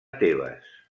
tebes